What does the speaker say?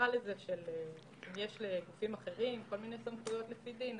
אם יש לגופים אחרים כל מיני סמכויות לפי דין,